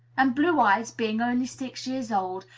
and blue eyes, being only six years old,